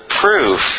proof